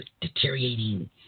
deteriorating